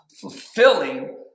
fulfilling